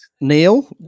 Neil